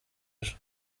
ejo